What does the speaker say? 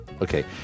Okay